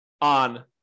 on